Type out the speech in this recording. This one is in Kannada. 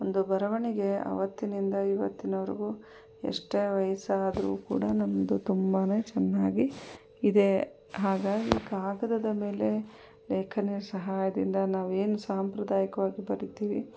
ಒಂದು ಬರವಣಿಗೆ ಅವತ್ತಿನಿಂದ ಇವತ್ತಿನವರೆಗೂ ಎಷ್ಟೇ ವಯಸ್ಸಾದರೂ ಕೂಡ ನಂದು ತುಂಬನೇ ಚೆನ್ನಾಗಿ ಇದೆ ಹಾಗಾಗಿ ಕಾಗದದ ಮೇಲೆ ಲೇಖನಿ ಸಹಾಯದಿಂದ ನಾವು ಏನು ಸಾಂಪ್ರದಾಯಿಕವಾಗಿ ಬರೀತೀವಿ